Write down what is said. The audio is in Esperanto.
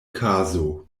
kazo